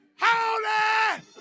holy